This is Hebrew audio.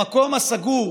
במקום הסגור,